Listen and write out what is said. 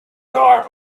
car